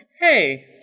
hey